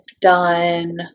done